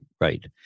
Right